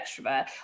extrovert